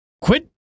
Quit